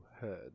heard